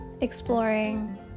exploring